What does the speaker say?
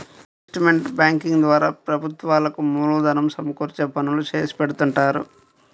investment banking ద్వారా ప్రభుత్వాలకు మూలధనం సమకూర్చే పనులు చేసిపెడుతుంటారు